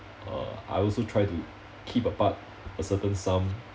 uh I also try to keep apart a certain sum